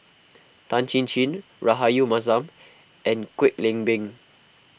Tan Chin Chin Rahayu Mahzam and Kwek Leng Beng